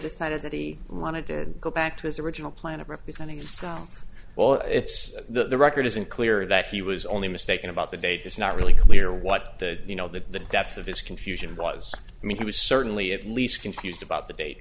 decided that he wanted to go back to his original plan of representing himself well it's the record isn't clear that he was only mistaken about the date it's not really clear what the you know the depth of his confusion was i mean he was certainly at least confused about the date